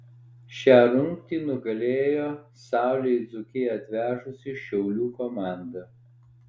šią rungtį nugalėjo saulę į dzūkiją atvežusi šiaulių komanda